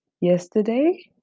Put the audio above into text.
Yesterday